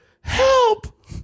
help